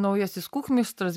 naujasis kuchmistras